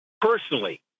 personally